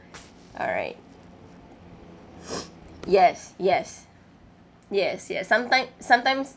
all right yes yes yes yes sometime sometimes